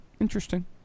Interesting